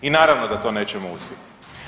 I naravno da to nećemo uspjeti.